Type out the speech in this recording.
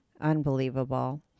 Unbelievable